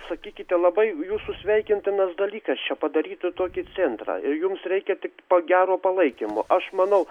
sakykite labai jūsų sveikintinas dalykas čia padaryti tokį centrą ir jums reikia tik to gero palaikymo aš manau